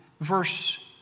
verse